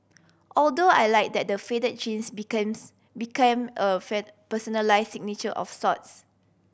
although I liked that the fade jeans became a personalise signature of sorts